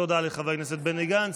תודה לחבר הכנסת בני גנץ.